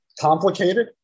complicated